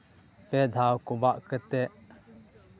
ᱯᱮ ᱫᱷᱟᱣ ᱠᱚᱵᱟᱜ ᱠᱟᱛᱮᱫ